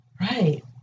right